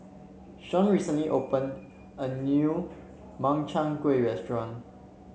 Shaun recently open a new Makchang Gui restaurant